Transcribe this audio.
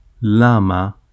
lama